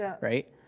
right